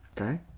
Okay